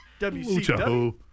WCW